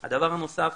הדבר הנוסף,